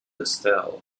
estelle